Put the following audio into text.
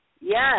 yes